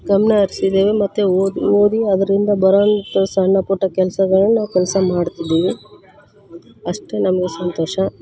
ಗಮನ ಹರ್ಸಿದೇವೆ ಮತ್ತು ಓದಿ ಓದಿ ಅದರಿಂದ ಬರೋ ಅಂಥ ಸಣ್ಣ ಪುಟ್ಟ ಕೆಲ್ಸಗಳನ್ನ ನಾವು ಕೆಲಸ ಮಾಡ್ತಿದ್ದೀವಿ ಅಷ್ಟೇ ನಮಗೆ ಸಂತೋಷ